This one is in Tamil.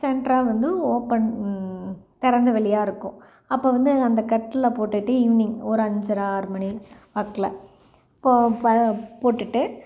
சென்ட்ராக வந்து ஓப்பன் திறந்த வெளியாக இருக்கும் அப்போ வந்து அந்த கட்டில் போட்டுகிட்டு ஈவினிங் ஒரு அஞ்சரை ஆறு மணி வாக்கில் போ ப போட்டுகிட்டு